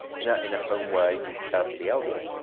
you know in a home where you care for the elderly.